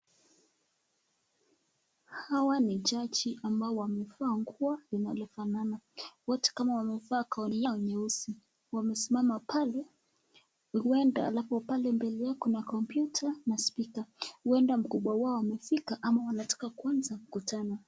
Hawa ni jaji ambao wamevaa nguo linalo fanana, wote kama wamevaa koti yao nyeusi, wamesimama pale huenda, halafu pale mbele yake kuna kompyuta na spika, huenda mkubwa wao amefika ama wanataka kuanza mkutano.